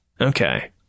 Okay